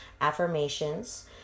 affirmations